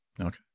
Okay